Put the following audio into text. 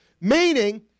meaning